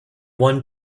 one